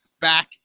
back